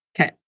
Okay